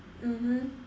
mmhmm